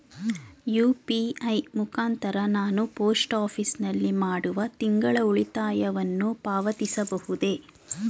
UPI ಮುಖಾಂತರ ನಾನು post office ನಲ್ಲಿ ಮಾಡುವ ತಿಂಗಳ ಉಳಿತಾಯವನ್ನು ಪಾವತಿಸಬಹುದೇ?